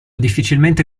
difficilmente